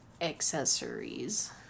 accessories